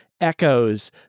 echoes